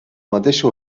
mateixa